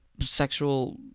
sexual